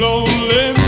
Lonely